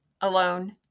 alone